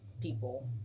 people